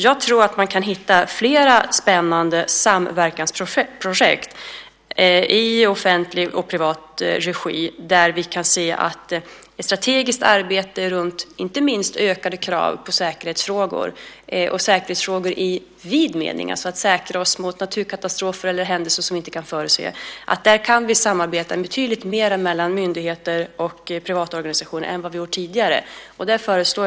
Jag tror att man kan hitta flera spännande samverkansprojekt i offentlig och privat regi, där vi kan se att i ett strategiskt arbete runt inte minst ökade krav på säkerhetsfrågor och säkerhetsfrågor i vid mening, att säkra oss mot naturkatastrofer eller händelser vi inte kan förutse, kan vi samarbeta betydligt mer mellan myndigheter och privata organisationer än vad vi har gjort tidigare.